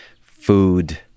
food